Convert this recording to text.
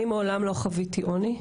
אני מעולם לא חוויתי עוני,